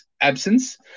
Absence